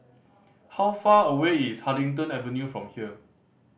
how far away is Huddington Avenue from here